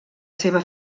seva